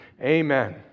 Amen